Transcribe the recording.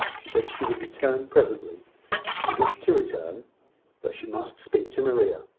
she said she would return presently she wished to return but she must speak to maria.